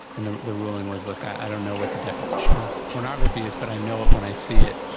and the the ruling was, look, i don't know what the definition of pornography is but i know it when i see it.